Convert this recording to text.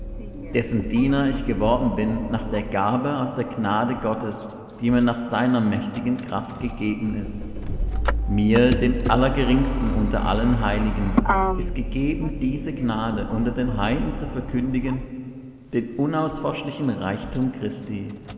dessen diener ich geworden bin nach der gabe aus der gnade gottes die mir nach seiner mächtigen kraft gegeben ist mir dem allergeringsten unter allen heiligen ist gegeben diese gnade unter den heiden zu verkündigen den unausforschlichen reichtum christi